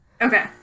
Okay